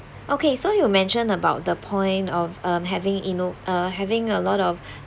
okay so you mentioned about the point of um having inno~ uh having a lot of